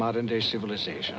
modern day civilization